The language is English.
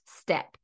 step